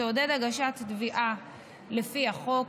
תעודד הגשת תביעה לפי החוק,